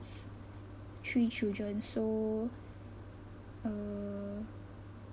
three children so uh